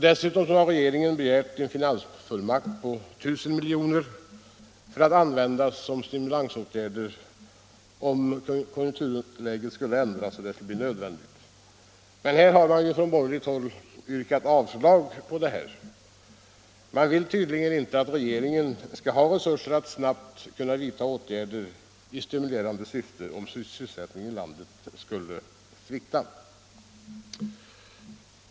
Dessutom har regeringen begärt en finansfullmakt på 1000 milj.kr., att användas till stimulansåtgärder, om konjunkturläget skulle ändras och göra detta nödvändigt. Det har man emellertid från borgerligt håll yrkat avslag på. Man vill tydligen inte att regeringen skall ha resurser att snabbt kunna vidta åtgärder i stimulerande syfte, om sysselsättningen i landet skulle svikta.